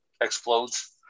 explodes